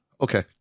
Okay